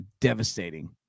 devastating